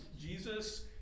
Jesus